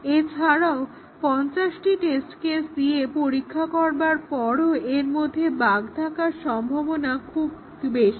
এছাড়াও 50টি test case দিয়ে পরীক্ষা করবার পরও এরমধ্যে বাগ্ থাকার সম্ভাবনা খুব বেশি